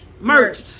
Merch